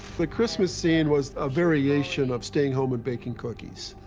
the christmas scene was a variation of staying home and baking cookies.